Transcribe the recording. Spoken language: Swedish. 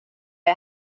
jag